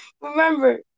Remember